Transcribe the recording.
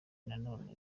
nanone